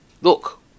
look